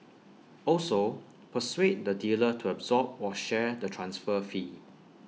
also persuade the dealer to absorb or share the transfer fee